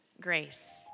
grace